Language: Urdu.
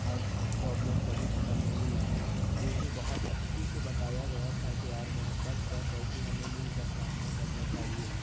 خاص پروبلم کبھی ختم نہیں ہوتی تو اس میں بہت اچھی سے بتایا گیا تھا کہ یار محبت کا کیسے ہمیں مل کر سامنا کرنا چاہیے